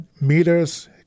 meters